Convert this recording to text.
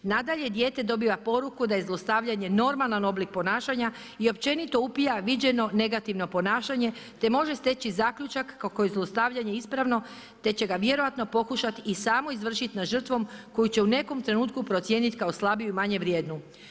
Nadalje, dijete dobiva poruku da je zlostavljanje normalan oblik ponašanja i općenito upija viđeno negativno ponašanje te može steći zaključak kako je zlostavljanje ispravno te će ga vjerovatno pokušati i samo izvršiti nad žrtvom koju će u nekom trenutku procijeniti kao slabiju i manje vrijednu.